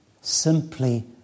simply